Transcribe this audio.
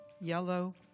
yellow